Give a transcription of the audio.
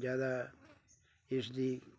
ਜ਼ਿਆਦਾ ਇਸ ਦੀ